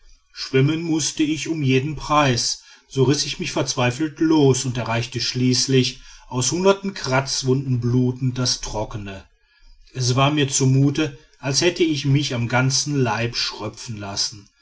schwimmen mußte ich um jeden preis so riß ich mich verzweifelt los und erreichte schließlich aus hundert kratzwunden blutend das trockene es war mir zumute als hätte ich mich am ganzen leib schröpfen lassen